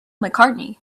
mccartney